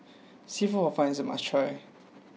Seafood Hor Fun is a must try